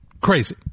crazy